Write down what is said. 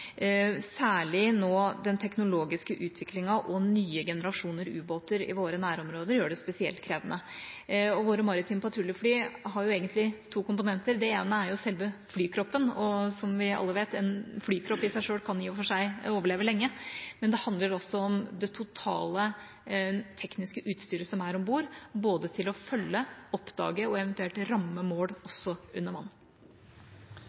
særlig nå som den teknologiske utviklingen og nye generasjoner ubåter i våre nærområder gjør det spesielt krevende. Våre maritime patruljefly har egentlig to komponenter. Den ene er selve flykroppen. Som vi alle vet, kan en flykropp i og for seg overleve lenge, men det handler også om det totale tekniske utstyret som er om bord, både til å følge, oppdage og eventuelt